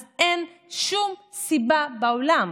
אז אין שום סיבה בעולם